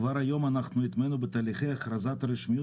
כבר היום הטמענו בתהליכי אכרזת הרשמיות